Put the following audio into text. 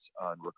on